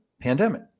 pandemic